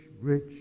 rich